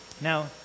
Now